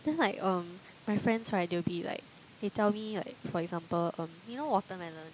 then like um my friends right they'll be like they tell me like for example um you know watermelon